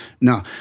no